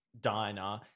diner